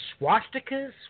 swastikas